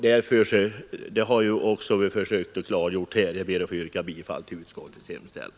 Det har vi också försökt klargöra här. Herr talman! Jag ber att få yrka bifall till utskottets hemställan.